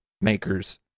makers